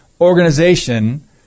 organization